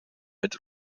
mit